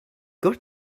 got